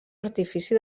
artifici